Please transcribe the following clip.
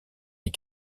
les